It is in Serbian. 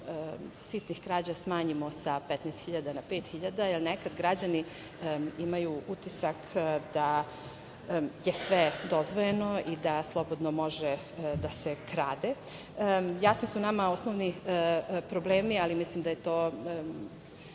sitnih krađa smanjimo sa 15.000 dinara na 5.000 dinara jer nekad građani imaju utisak da je sve dozvoljeno i da slobodno može da se krade. Jasne su nama osnovni problemi, ali mislim da je to